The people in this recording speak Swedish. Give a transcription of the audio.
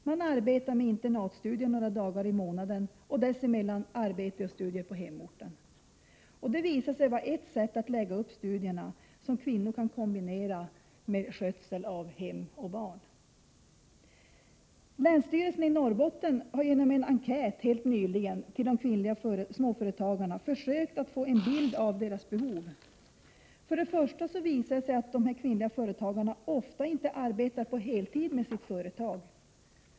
Man arbetade med internatstudier några dagar i månaden och dessemellan arbete och studier på hemorten. Detta visade sig vara ett sätt lägga upp studierna som kvinnor kan kombinera med skötsel av hem och barn. Länsstyrelsen i Norrbotten har helt nyligen genom en enkät till de kvinnliga småföretagarna försökt att få en bild av deras behov. Först och främst visade det sig att de kvinnliga företagarna ofta inte arbetar på heltid med sitt företag.